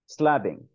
slabbing